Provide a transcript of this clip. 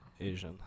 Asian